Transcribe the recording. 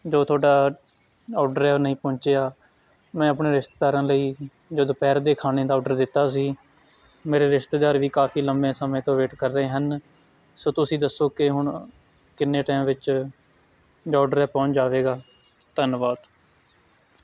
ਜੋ ਤੁਹਾਡਾ ਔਡਰ ਹੈ ਉਹ ਨਹੀਂ ਪਹੁੰਚਿਆ ਮੈਂ ਆਪਣੇ ਰਿਸ਼ਤੇਦਾਰਾਂ ਲਈ ਜੋ ਦੁਪਹਿਰ ਦੇ ਖਾਣੇ ਦਾ ਔਡਰ ਦਿੱਤਾ ਸੀ ਮੇਰੇ ਰਿਸ਼ਤੇਦਾਰ ਵੀ ਕਾਫੀ ਲੰਬੇ ਸਮੇਂ ਤੋਂ ਵੇਟ ਕਰ ਰਹੇ ਹਨ ਸੋ ਤੁਸੀਂ ਦੱਸੋ ਕਿ ਹੁਣ ਕਿੰਨੇ ਟਾਇਮ ਵਿੱਚ ਜੋ ਔਡਰ ਹੈ ਪਹੁੰਚ ਜਾਵੇਗਾ ਧੰਨਵਾਦ